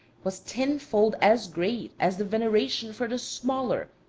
was tenfold as great as the veneration for the smaller,